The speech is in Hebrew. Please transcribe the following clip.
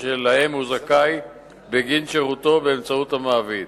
שלהם הוא זכאי בגין שירותו באמצעות המעביד.